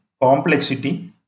complexity